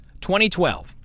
2012